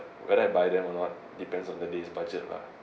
whether I buy them or not depends on the days budget lah